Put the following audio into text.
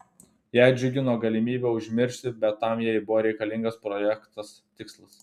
ją džiugino galimybė užsimiršti bet tam jai buvo reikalingas projektas tikslas